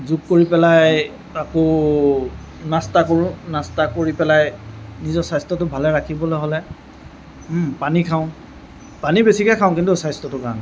যোগ কৰি পেলাই আকৌ নাস্তা কৰোঁ নাস্তা কৰি পেলাই নিজৰ স্বাস্থ্যটো ভালে ৰাখিবলৈ হ'লে ও পানী খাওঁ পানী বেছিকৈ খাওঁ কিন্তু স্বাস্থ্যটোৰ কাৰণে